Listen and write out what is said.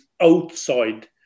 outside